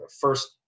first